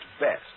best